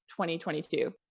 2022